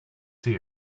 see